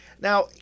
Now